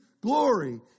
glory